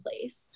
place